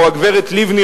או הגברת לבני,